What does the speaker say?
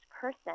person